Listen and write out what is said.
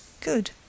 Good